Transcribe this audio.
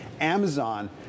Amazon